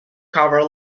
cover